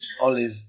olive